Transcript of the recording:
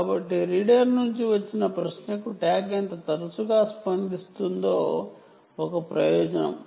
కాబట్టి రీడర్ నుండి వచ్చిన ప్రశ్నకు ట్యాగ్ ఎంత తరచుగా స్పందిస్తుందో ఒక ప్రయోజనం